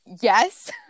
Yes